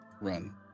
run